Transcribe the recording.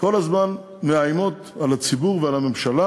כל הזמן מאיימות על הציבור ועל הממשלה